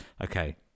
Okay